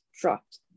dropped